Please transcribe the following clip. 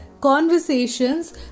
conversations